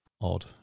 odd